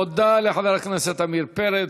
תודה לחבר הכנסת עמיר פרץ.